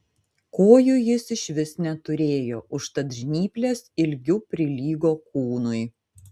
kojų jis išvis neturėjo užtat žnyplės ilgiu prilygo kūnui